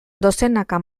dozenaka